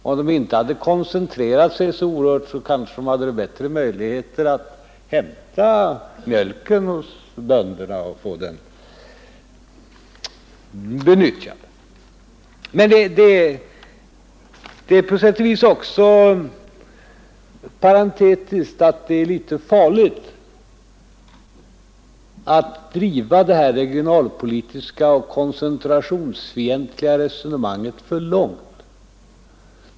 Om de inte hade koncentrerat sig så oerhört kanske de hade haft bättre möjligheter att hämta mjölken hos bönderna och få den benyttjad. Parentetiskt vill jag säga att det är litet farligt att driva det här regionalpolitiska och koncentrationsfientliga resonemanget för långt.